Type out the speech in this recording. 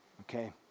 okay